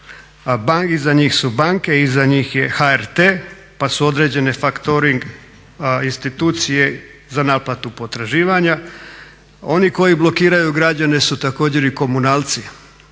iza njih su banke pa HRT pa su određene faktoring institucije za naplatu potraživanja. Oni koji blokiraju građane su također i komunalci